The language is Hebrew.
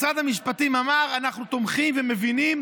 משרד המשפטים אמר: אנחנו תומכים ומבינים